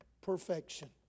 perfection